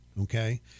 Okay